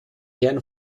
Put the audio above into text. herren